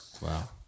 Wow